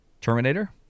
Terminator